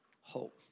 hope